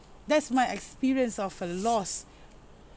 that's my experience of a loss